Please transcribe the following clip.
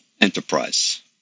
enterprise